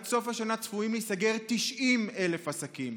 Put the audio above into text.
עד סוף השנה צפויים להיסגר 90,000 עסקים.